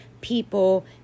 people